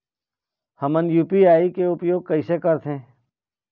हमन यू.पी.आई के उपयोग कैसे करथें?